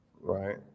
right